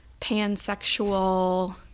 pansexual –